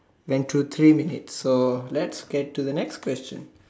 went through three minutes so let's get to the next question